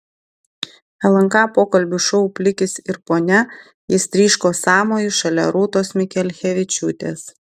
lnk pokalbių šou plikis ir ponia jis tryško sąmoju šalia rūtos mikelkevičiūtės